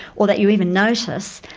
or that you even notice,